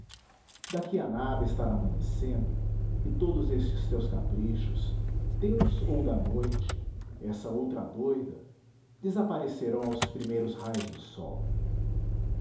daqui a nada estará amanhecendo e todos estes teus caprichos teus ou da noite essa outra doida desaparecerão aos primeiros raios do sol